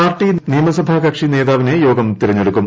party നിയമസഭാ കക്ഷി നേതാവിനെ യോഗം തെരുള്ളത്തിടുക്കും